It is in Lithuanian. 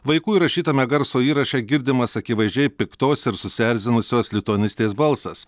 vaikų įrašytame garso įraše girdimas akivaizdžiai piktos ir susierzinusios lituanistės balsas